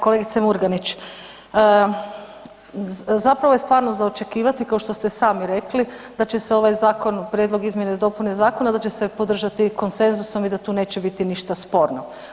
Kolegice Murganić, zapravo je stvarno za očekivati košto ste sami rekli da će se ovaj zakon, prijedlog izmjene i dopune zakona da će se podržati konsenzusom i da tu neće biti ništa sporno.